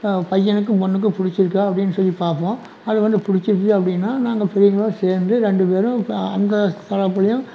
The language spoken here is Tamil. பையனுக்கும் பொண்ணுக்கும் பிடிச்சிருக்கா அப்படின் சொல்லி பார்ப்போம் அது வந்து பிடிச்சிருச்சி அப்படினா நாங்கள் பிள்ளங்களாம் சேர்ந்து ரெண்டு பேரும் அந்த தரப்புலேயும்